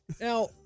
Now